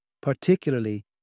particularly